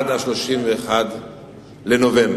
הטפסים עד 31 בנובמבר,